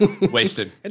Wasted